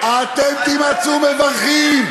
אתם תימצאו מברכים.